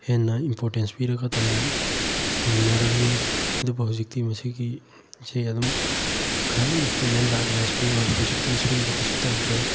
ꯍꯦꯟꯅ ꯏꯝꯄꯣꯔꯇꯦꯟꯁ ꯄꯤꯔꯒ ꯇꯝꯅꯔꯝꯃꯤ ꯑꯗꯨꯕꯨ ꯍꯧꯖꯤꯛꯇꯤ ꯃꯁꯤꯒꯤꯁꯤ ꯑꯗꯨꯝ ꯈꯔ ꯏꯝꯄ꯭ꯔꯨꯞꯃꯦꯟ ꯂꯥꯛꯂꯦ ꯍꯧꯖꯤꯛꯇꯤ ꯁꯤꯒꯨꯝꯕ ꯀꯩꯁꯨ ꯇꯧꯗ꯭ꯔꯦ